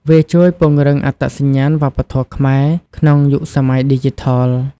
វាជួយពង្រឹងអត្តសញ្ញាណវប្បធម៌ខ្មែរ ក្នុងយុគសម័យឌីជីថល។